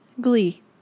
Glee